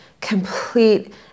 complete